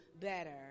better